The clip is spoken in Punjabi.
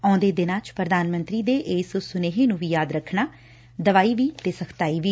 ਆਉਂਦੇ ਦਿਨਾਂ 'ਚ ਪੁਧਾਨ ਮੰਤਰੀ ਦੇ ਇਸ ਸੁਨੇਹੇ ਨੂੰ ਵੀ ਯਾਦ ਰੱਖਣਾ ਦਵਾਈ ਵੀ ਤੇ ਸਖਤਾਈ ਵੀ